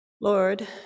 Lord